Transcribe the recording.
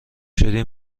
شدی